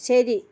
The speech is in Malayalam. ശരി